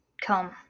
come